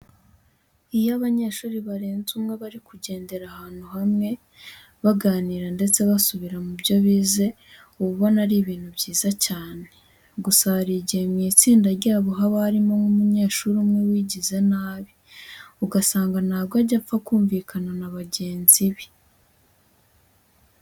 Iyo abanyeshuri barenze umwe bari kugendana ahantu hamwe, baganira ndetse basubira mu byo bize uba ubona ari ibintu byiza cyane, gusa hari igihe mu itsinda ryabo haba harimo nk'umunyeshuri umwe wigize nabi ugasanga ntabwo ajya apfa kumvikana na bagenzi be.